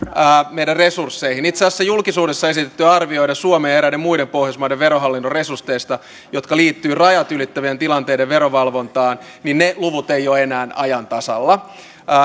meidän resursseihimme itse asiassa julkisuudessa esitetyt arviot suomen ja eräiden muiden pohjoismaiden verohallinnon resursseista jotka liittyvät rajat ylittävien tilanteiden verovalvontaan ne luvut eivät ole enää ajan tasalla